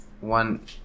one